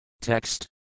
Text